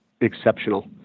exceptional